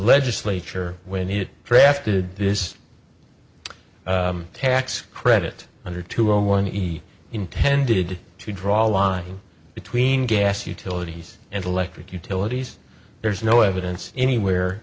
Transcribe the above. legislature when it drafted this tax credit under to own one easy intended to draw a line between gas utilities and electric utilities there is no evidence anywhere